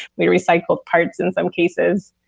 we recycle parts in some cases,